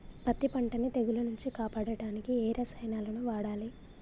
పత్తి పంటని తెగుల నుంచి కాపాడడానికి ఏ రసాయనాలను వాడాలి?